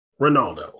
Ronaldo